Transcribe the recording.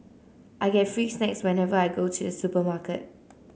I get free snacks whenever I go to the supermarket